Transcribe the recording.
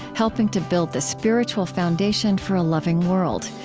helping to build the spiritual foundation for a loving world.